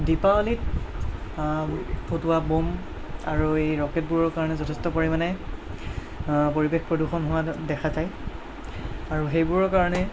দীপাৱলীত ফটোৱা বোম আৰু এই ৰকেটবোৰৰ কাৰণে যথেষ্ট পৰিমাণে পৰিৱেশ প্ৰদূষণ হোৱা দেখা যায় আৰু সেইবোৰৰ কাৰণে